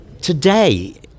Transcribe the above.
today